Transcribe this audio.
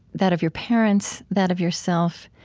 that of your parents, that of yourself?